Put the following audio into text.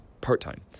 part-time